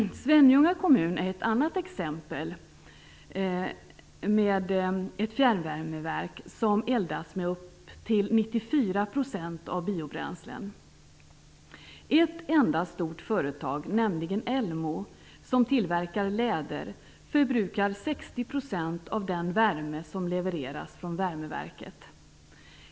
Svenljunga kommun är ett annat exempel där det finns ett fjärrvärmeverk som eldas med upp till 94 % biobränslen. Ett enda stort företag, nämligen Elmo, som tillverkar läder, förbrukar 60 % av den värme som levereras från värmeverket.